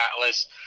Atlas